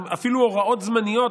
אפילו הוראות זמניות,